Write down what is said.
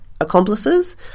accomplices